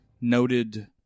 noted